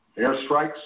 airstrikes